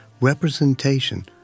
representation